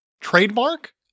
trademark